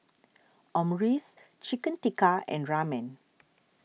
Omurice Chicken Tikka and Ramen